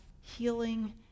healing